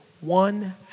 one